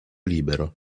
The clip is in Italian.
libero